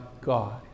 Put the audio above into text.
God